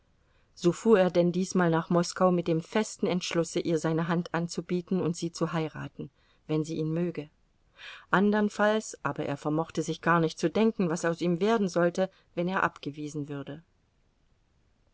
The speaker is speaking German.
so fuhr er denn diesmal nach moskau mit dem festen entschlusse ihr seine hand anzubieten und sie zu heiraten wenn sie ihn möge andernfalls aber er vermochte sich gar nicht zu denken was aus ihm werden sollte wenn er abgewiesen würde